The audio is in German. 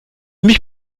mich